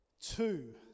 Two